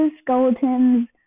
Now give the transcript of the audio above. skeletons